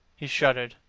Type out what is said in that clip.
he shuddered.